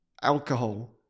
Alcohol